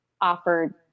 offered